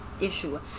issue